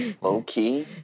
low-key